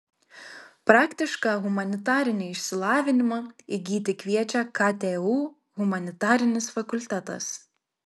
praktišką humanitarinį išsilavinimą įgyti kviečia ktu humanitarinis fakultetas